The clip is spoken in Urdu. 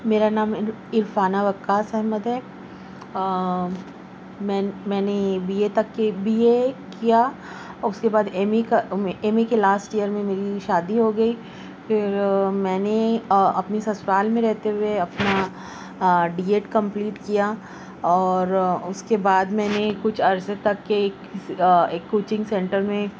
میرا نام عرفانہ وقاص احمد ہے میں نے میں نے بی اے تک کے بی اے کیا اب اس کے بعد ایم اے کا ایم اے کے لاسٹ ایئر میں میری شادی ہو گئی پھر میں نے اپنی سسرال میں رہتے ہوئے اپنا ڈی ایڈ کمپلیٹ کیا اور اس کے بعد میں نے کچھ عرصے تک کے ایک کوچنگ سینٹر میں